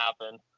happen